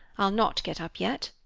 i'll not get up yet.